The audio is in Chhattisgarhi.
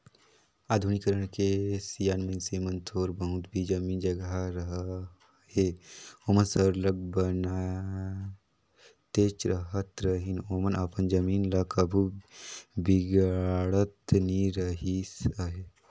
आधुनिकीकरन के सियान मइनसे मन थोर बहुत भी जमीन जगहा रअहे ओमन सरलग बनातेच रहत रहिन ओमन अपन जमीन ल कभू बिगाड़त नी रिहिस अहे